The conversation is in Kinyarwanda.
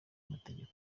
mategeko